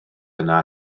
yna